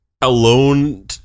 alone